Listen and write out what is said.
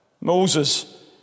Moses